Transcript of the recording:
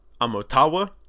Amotawa